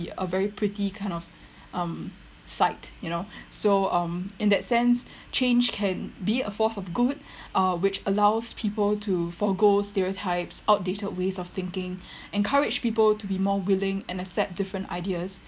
a very pretty kind of um sight you know so um in that sense change can be a force of good uh which allows people to forgo stereotypes outdated ways of thinking encourage people to be more willing and accept different ideas